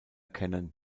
kennen